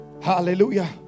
Hallelujah